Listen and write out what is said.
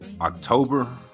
October